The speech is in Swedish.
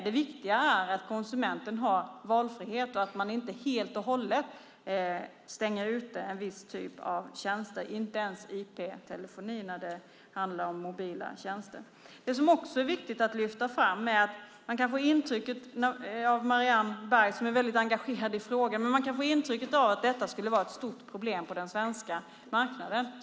Det viktiga är att konsumenten har valfrihet och att vi inte helt och hållet stänger ute en viss typ av tjänster, inte ens IP-telefoni, när det handlar om mobila tjänster. Man kan av Marianne Berg, som är väldigt engagerad i frågan, få intrycket av att detta skulle vara ett stort problem på den svenska marknaden.